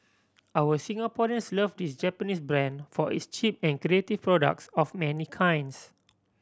our Singaporeans love this Japanese brand for its cheap and creative products of many kinds